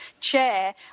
chair